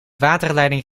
waterleiding